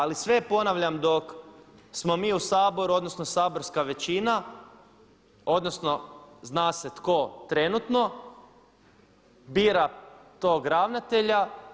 Ali sve ponavljam dok smo mi u Saboru, odnosno saborska većina odnosno zna se tko trenutno bira tog ravnatelja.